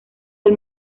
del